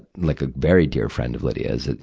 like a very dear friend of lydia's.